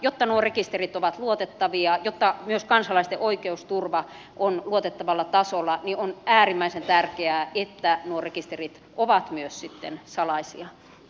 jotta nuo rekisterit ovat luotettavia jotta myös kansalaisten oikeusturva on luotettavalla tasolla on äärimmäisen tärkeää että nuo rekisterit ovat myös sitten salaisia